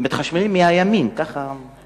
מתחשמלים מהימין, ככה זה מאתמול.